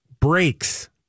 breaks